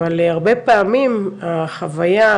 אבל הרבה פעמים החוויה,